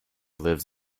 lives